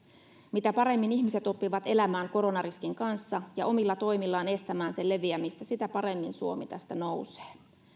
mitä paremmin ihmiset oppivat elämään koronariskin kanssa ja omilla toimillaan estämään sen leviämistä sitä paremmin suomi tästä nousee